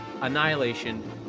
Annihilation